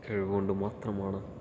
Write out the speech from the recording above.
കഴിവുകൊണ്ട് മാത്രമാണ്